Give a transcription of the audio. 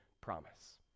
promise